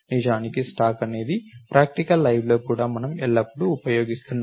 నిజానికి స్టాక్ అనేది ప్రాక్టికల్ లైవ్లో కూడా మనం ఎల్లప్పుడూ ఉపయోగిస్తున్నది